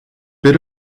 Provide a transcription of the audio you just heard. bit